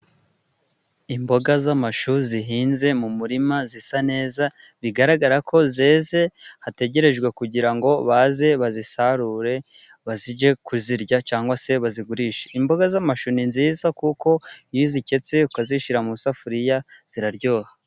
Imboga z'amashu zihinze mu murima zisa neza bigaragara ko zeze hategerejwe kugira ngo baze bazisarure bajye kuzirya cyangwa se bazigurisha. Imboga z'amashui nziza kuko iyo uziketse ukazishyira mu isafuriya ziraryoha.